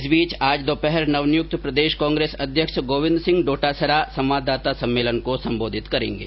इस बीच आज दोपहर नवनियुक्त प्रदेश कांग्रेस अध्यक्ष गोविन्द सिंह डोटासरा संवाददाता सम्मेलन को संबोधित करेंगे